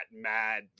mad